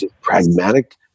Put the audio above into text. pragmatic